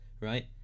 right